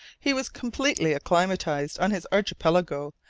he was completely acclimatized on his archipelago,